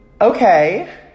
Okay